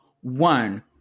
one